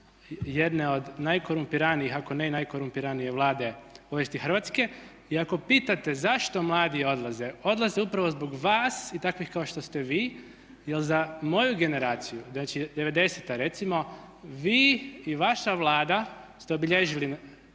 jedne od najkorumpiranijih ak one i najkorumpiranije Vlade u povijesti Hrvatske. I ako pitate zašto mladi odlaze, odlaze upravo zbog vas i takvih kao što ste vi jer za moju generaciju, znači 90.ta vi i vaša Vlada ste obilježili